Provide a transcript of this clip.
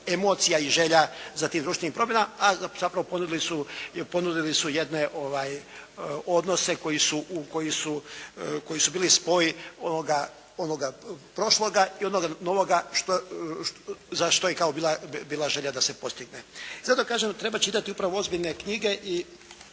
emocija i želja za tim društvenim promjenama, ali zapravo ponudili su jedne odnose koji su bili spoj onoga prošloga i onoga novoga za što je bila želja da se postigne. Zato kažem treba čitati upravo ozbiljne knjige i